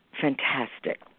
fantastic